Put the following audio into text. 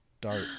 dart